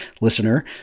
listener